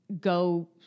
go